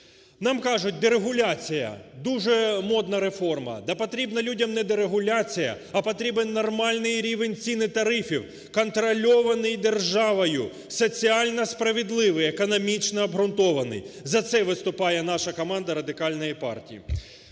Нам кажуть, дерегуляція дуже модна реформа. Та потрібна людям не дерегуляція. А потрібен нормальний рівень цін і тарифів, контрольований державою, соціально справедливий, економічно обґрунтований. За це виступає наша команда Радикальної партії.